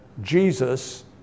Jesus